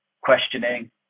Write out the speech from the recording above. questioning